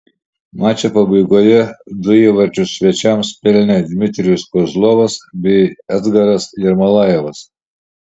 mačo pabaigoje du įvarčius svečiams pelnė dmitrijus kozlovas bei edgaras jermolajevas